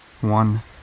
One